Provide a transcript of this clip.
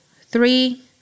three